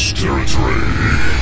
territory